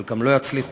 חלקם לא יצליחו,